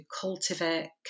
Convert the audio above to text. cultivate